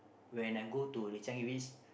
when I go to the Changi Village